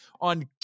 on